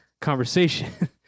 conversation